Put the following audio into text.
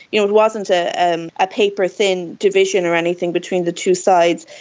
you know it wasn't a and ah paper-thin division or anything between the two sides.